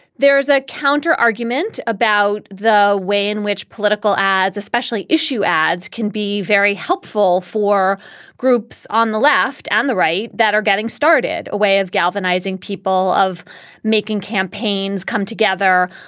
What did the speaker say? there is a counter argument about the way in which political ads especially issue ads can be very helpful for groups on the left and the right that are getting started a way of galvanizing people of making campaigns come together.